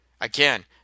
Again